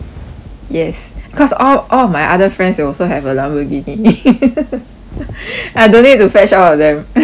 yes because all all of my other friends will also have a Lamborghini and I don't need to fetch all of them